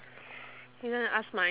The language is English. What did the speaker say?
you going to ask mine